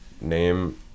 Name